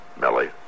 Millie